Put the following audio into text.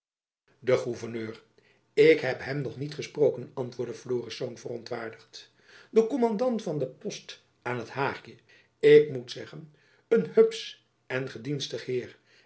de gouverneur ik heb hem nog niet gesproken antwoordde florisz verontwaardigd de kommandant van den post aan t haagjen ik moet zeggen een hupsch en gedienstig heer